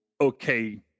okay